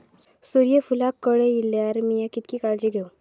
सूर्यफूलाक कळे इल्यार मीया कोणती काळजी घेव?